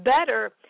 better